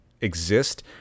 exist